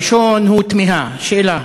הראשון הוא תמיהה, שאלה: